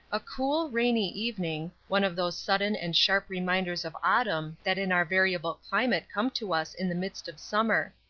a cool, rainy evening, one of those sudden and sharp reminders of autumn that in our variable climate come to us in the midst of summer.